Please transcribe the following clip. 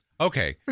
Okay